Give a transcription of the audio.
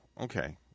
okay